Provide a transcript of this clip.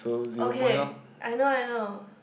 okay I know I know